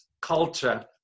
culture